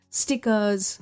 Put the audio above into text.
stickers